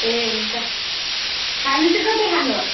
ए हुन्छ खानु चाहिँ कता खानु